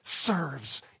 serves